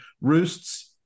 Roosts